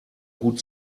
hut